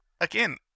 Again